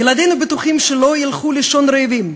ילדינו בטוחים שהם לא ילכו לישון רעבים,